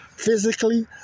Physically